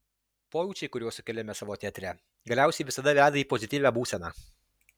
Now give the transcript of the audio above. pojūčiai kuriuos sukeliame savo teatre galiausiai visada veda į pozityvią būseną